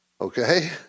Okay